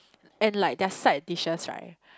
and like their side dishes right